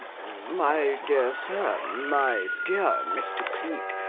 my dear sir, my dear mr. cleek,